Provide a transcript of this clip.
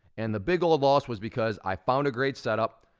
and the big old loss was because i found a great setup,